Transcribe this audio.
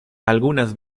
algunas